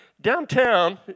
downtown